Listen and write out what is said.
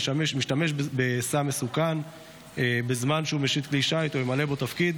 השתמש בסם מסוכן בזמן שהוא משיט כלי שיט או ממלא בו תפקיד